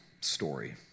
story